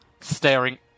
staring